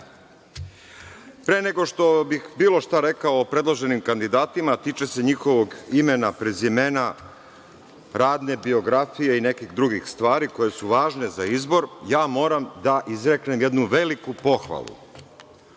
nego što bih bilo šta rekao o predloženim kandidatima, a tiče se njihovog imena, prezimena, radne biografije i nekih drugih stvari koje su važne za izbor, ja moram da izreknem jednu veliku pohvalu.